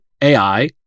AI